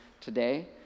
today